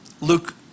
Luke